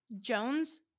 Jones